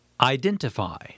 Identify